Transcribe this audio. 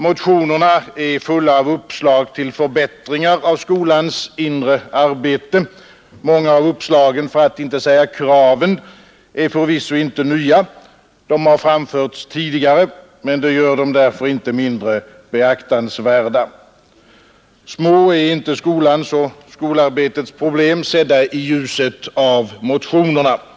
Motionerna är fulla av uppslag till förbättringar av skolans inre arbete. Många av uppslagen — för att inte säga kraven — är förvisso inte nya, de har framförts tidigare, men det gör dem därför inte mindre beaktansvärda. Skolans och skolarbetets problem, sedda i ljuset av motionerna, är inte små.